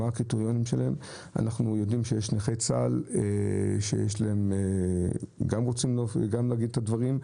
אנחנו יודעים שיש נכי צה"ל שגם רוצים להגיד פה דברים.